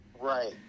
Right